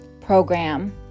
program